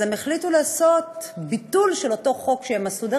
אז הם החליטו לעשות ביטול של אותו חוק שהם עשו.